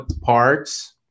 parts